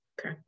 Okay